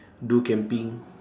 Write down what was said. do camping